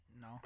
No